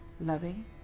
Loving